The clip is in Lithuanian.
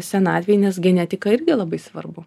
senatvėj nes genetika irgi labai svarbu